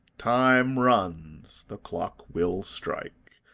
time runs, the clock will strike,